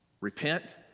Repent